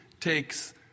takes